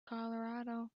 colorado